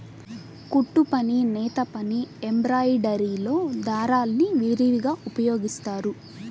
కుట్టుపని, నేతపని, ఎంబ్రాయిడరీలో దారాల్ని విరివిగా ఉపయోగిస్తారు